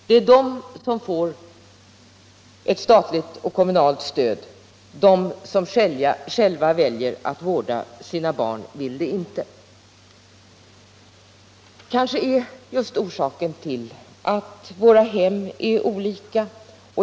Det är de som får ett statligt och kommunalt stöd — de som själva väljer att vårda sina barn får det inte! Våra hem är olika.